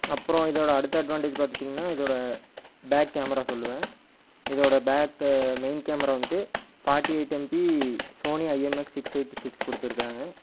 அப்றம் இதோடய அடுத்த அட்வான்டேஜ் பார்த்துட்டிங்கன்னா இதோடய பேக் கேமரா சொல்வேன் இதோடய பேக்கு மெயின் கேமரா வந்துவிட்டு forty eight MP Sony I M X six eighty six கொடுத்துருக்காங்க